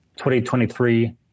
2023